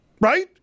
Right